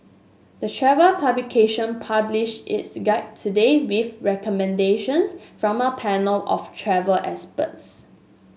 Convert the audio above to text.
the travel publication published its guide today with recommendations from a panel of travel experts